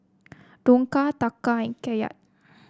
Dong Taka and Kyat